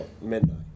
midnight